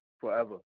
forever